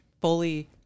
fully